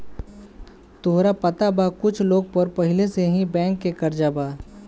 तोहरा पता बा कुछ लोग पर पहिले से ही बैंक के कर्जा बा